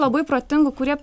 labai protingų kurie